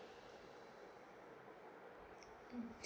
mm